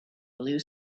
blue